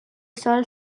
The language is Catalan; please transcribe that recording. sol